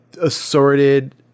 assorted